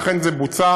ואכן זה בוצע,